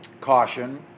caution